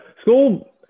school